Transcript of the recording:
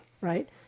right